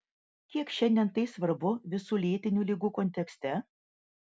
kiek šiandien tai svarbu visų lėtinių ligų kontekste